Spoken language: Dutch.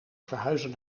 verhuizen